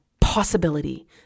possibility